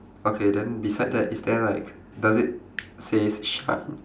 okay then beside that is there like does it says shine